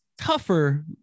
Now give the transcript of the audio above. tougher